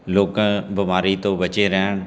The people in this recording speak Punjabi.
ਲੋਕਾਂ ਬਿਮਾਰੀ ਤੋਂ ਬਚੇ ਰਹਿਣ